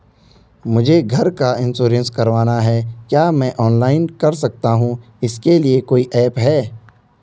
मुझे घर का इन्श्योरेंस करवाना है क्या मैं ऑनलाइन कर सकता हूँ इसके लिए कोई ऐप है?